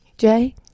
Jay